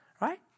right